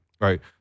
right